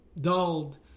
dulled